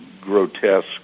grotesque